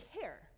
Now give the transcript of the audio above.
care